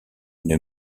une